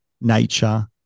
nature